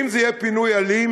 אם זה יהיה פינוי אלים,